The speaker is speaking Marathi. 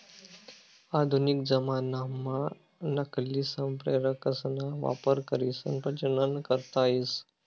आधुनिक जमानाम्हा नकली संप्रेरकसना वापर करीसन प्रजनन करता येस